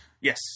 Yes